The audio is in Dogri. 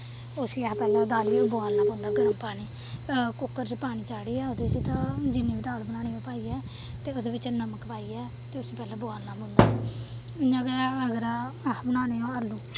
उसी असें पैह्लें दाली ई बोआलना पौंदा गरम पानी कुकर च पानी चाढ़ियै उ'दे च तां जि'न्नी बी दाल बनानी ओह् पाइये ते ओह्दे बिच नमक पाइये ते उसी पैह्लें बोआलना पौंदा इ'यां गै अगर अस बनाने होन आलू